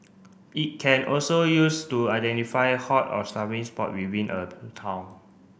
it can also used to identify hot or spot within a town